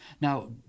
Now